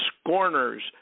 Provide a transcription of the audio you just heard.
scorners